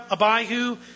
Abihu